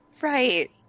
Right